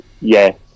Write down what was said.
Yes